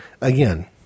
Again